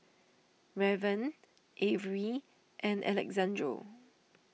Raven Avery and Alexandro